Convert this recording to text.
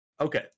Okay